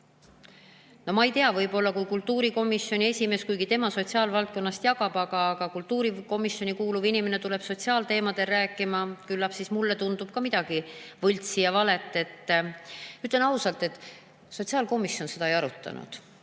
ma ei tea, võib-olla kui kultuurikomisjoni esimees, kuigi tema sotsiaalvaldkonnast jagab, aga kui kultuurikomisjoni kuuluv inimene tuleb sotsiaalteemadel rääkima, küllap siis mulle tundub ka midagi võltsi ja valet. Ütlen ausalt, et sotsiaalkomisjon seda ei arutanud.